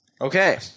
Okay